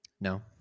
No